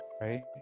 right